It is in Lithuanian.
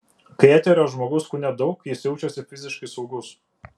kai eterio žmogaus kūne daug jis jaučiasi fiziškai saugus